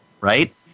Right